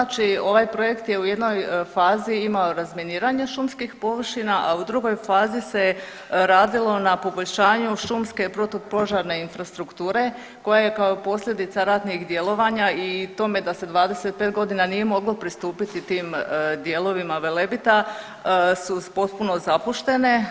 Da, znači ovaj projekt je u jednoj fazi imao razminiranje šumskih površina, a u drugoj fazi se radilo na poboljšanju šumske protu požarne infrastrukture koja je kao posljedica ratnih djelovanja i tome da se 25 godina nije moglo pristupiti tim dijelovima Velebita su potpuno zapuštene.